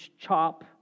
chop